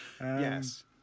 Yes